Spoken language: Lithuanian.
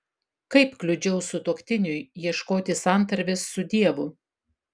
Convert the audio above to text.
kaip kliudžiau sutuoktiniui ieškoti santarvės su dievu